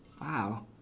Wow